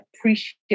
appreciate